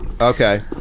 Okay